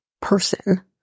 person